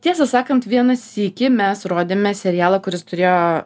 tiesą sakant vieną sykį mes rodėme serialą kuris turėjo